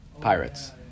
Pirates